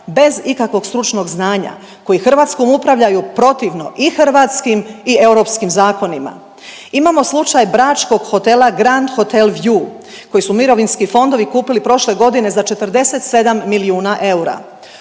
bez ikakvog stručnog znanja koji Hrvatskom upravljaju protivno i hrvatskim i europskim zakonima. Imamo slučaj bračkog hotela Grand Hotel View, kojeg su mirovinski fondovi kupili prošle godine za 47 milijuna eura.